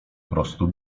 prostu